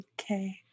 Okay